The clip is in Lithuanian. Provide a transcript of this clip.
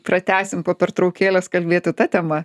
pratęsim po pertraukėlės kalbėti ta tema